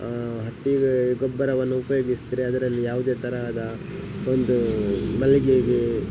ಹಟ್ಟಿ ಗೊಬ್ಬರವನ್ನು ಉಪಯೋಗಿಸಿದರೆ ಅದರಲ್ಲಿ ಯಾವುದೇ ತರಹದ ಒಂದೂ ಮಲ್ಲಿಗೆಗೆ